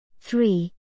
Three